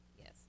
Yes